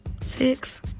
Six